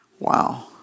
Wow